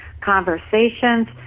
conversations